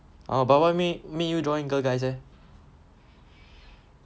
oh but what made made you joined girl guides leh